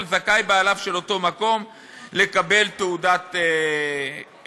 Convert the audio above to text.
זכאי בעליו של אותו מקום לקבל תעודת הכשר.